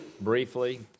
Briefly